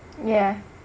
ya